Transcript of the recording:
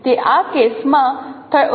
તે આ કેસમાં 53